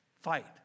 fight